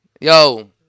Yo